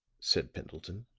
said pendleton.